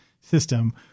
system